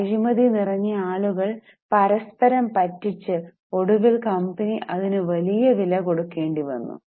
അഴിമതി നിറഞ്ഞ ആളുകൾ പരസ്പരം പറ്റിച്ചു ഒടുവിൽ കമ്പനി അതിനു വലിയ വില കൊടുക്കേണ്ടി വന്നു